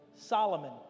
Solomon